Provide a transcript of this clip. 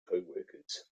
coworkers